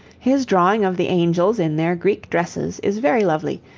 his drawing of the angels in their greek dresses is very lovely,